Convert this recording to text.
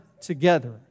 together